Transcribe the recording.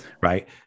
right